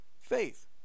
faith